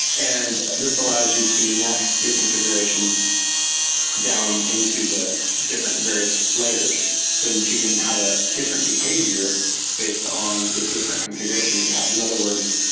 and this allows you to nest your configurations down into the different various layers so that you can have a different behavior based on the different configuration that you have. in another words,